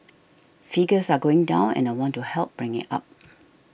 figures are going down and I want to help bring it up